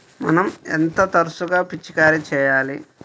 మనం ఎంత తరచుగా పిచికారీ చేయాలి?